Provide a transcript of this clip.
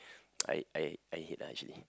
I I I hate lah actually